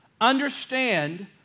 understand